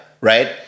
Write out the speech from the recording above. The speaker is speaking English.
right